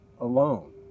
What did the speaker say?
alone